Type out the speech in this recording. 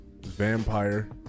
vampire